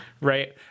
Right